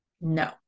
no